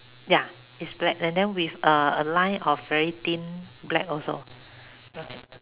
ya it's black and then with uh a line of very thin black also okay